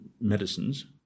medicines